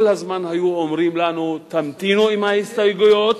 כל הזמן היו אומרים לנו: תמתינו עם ההסתייגויות.